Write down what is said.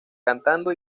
cantando